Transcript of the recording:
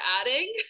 adding